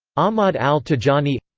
ahmad al-tijani